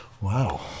Wow